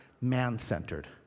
man-centered